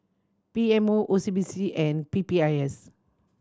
P M O O C B C and P P I S